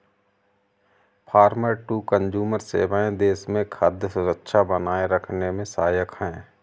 farmer to consumer सेवाएं देश में खाद्य सुरक्षा बनाए रखने में सहायक है